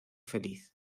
feliz